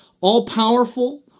all-powerful